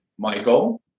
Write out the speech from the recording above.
Michael